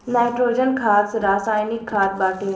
nitrogen खाद रासायनिक खाद बाटे